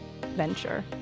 venture